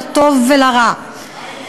לטוב ולרע.